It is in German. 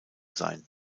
sein